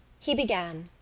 he began